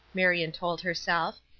marion told herself.